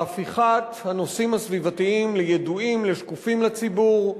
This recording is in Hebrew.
הפיכת הנושאים הסביבתיים לידועים, לשקופים לציבור.